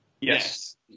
Yes